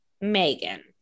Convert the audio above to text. megan